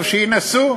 טוב, שינסו,